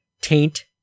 taint